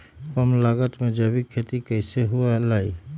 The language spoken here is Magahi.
कम लागत में जैविक खेती कैसे हुआ लाई?